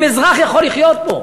אם אזרח יכול לחיות פה.